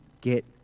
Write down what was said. get